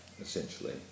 essentially